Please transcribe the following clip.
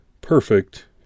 Perfect